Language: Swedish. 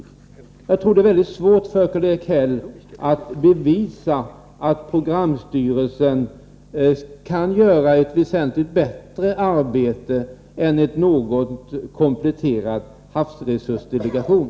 Jag tror att det är väldigt svårt för Karl-Erik Häll att bevisa att programstyrelsen kan göra ett väsentligt bättre arbete än en något kompletterad havsresursdelegation.